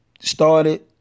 started